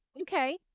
okay